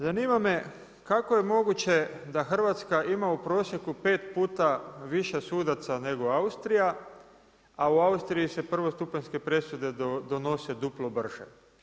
Zanima me kako je moguće, da Hrvatska ima u prosjeku 5 puta više sudaca nego Austrija, a u Austriji se prvostupanjske donose duplo brže?